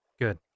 Good